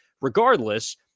Regardless